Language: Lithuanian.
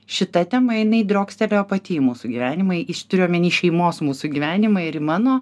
šita tema jinai driokstelėjo pati į mūsų gyvenimą į turiu omeny šeimos mūsų gyvenimą ir į mano